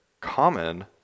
common